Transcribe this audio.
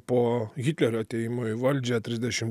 po hitlerio atėjimo į valdžią trisdešim